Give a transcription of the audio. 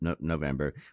November